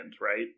right